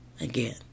Again